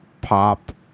pop